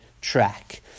track